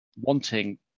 wanting